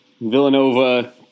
Villanova